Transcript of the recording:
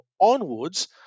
onwards